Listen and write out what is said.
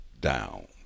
down